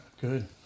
Good